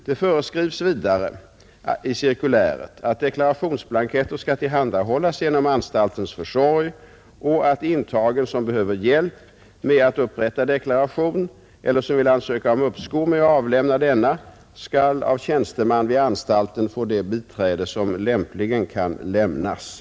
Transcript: Det föreskrivs vidare i cirkuläret att deklarationsblanketter skall tillhandahållas genom anstaltens försorg och att intagen som behöver hjälp med att upprätta deklaration eller som vill ansöka om uppskov med att avlämna denna skall av tjänsteman vid anstalten få det biträde som lämpligen kan lämnas.